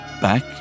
back